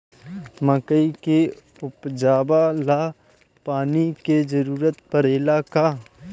मकई के उपजाव ला पानी के जरूरत परेला का?